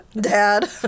dad